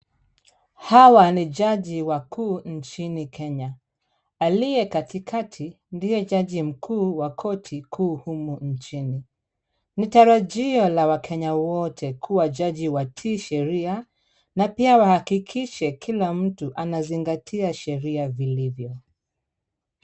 Hawa ni jaji wakuu nchini Kenya. Aliye katikati ndiye jaji mkuu wa koti kuu humo nchini. Nitarajio la Wakenya wote kuwa jaji watii sheria na pia wa hakikishe kila mtu anazingatia sheria vilivyo.